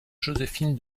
joséphine